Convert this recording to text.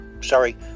sorry